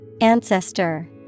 Ancestor